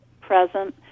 present